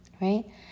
right